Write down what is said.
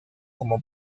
como